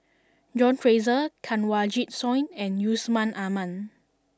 John Fraser Kanwaljit Soin and Yusman Aman